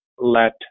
let